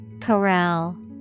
Corral